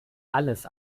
alles